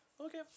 okay